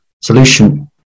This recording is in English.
solution